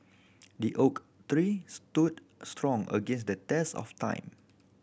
the oak three stood strong against the test of time